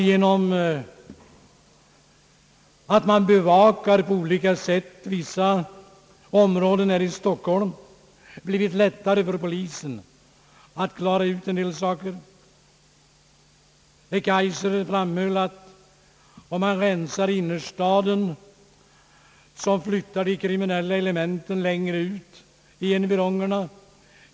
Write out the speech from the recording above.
Genom att man på olika sätt bevakar vissa områden här i Stockholm, har det blivit lättare för polisen att klara ut en del saker. Herr Kaijser framhöll att om mar rensar innerstaden, så flyttar de kriminella elementen längre ut i environgerna.